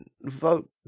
vote